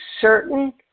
certain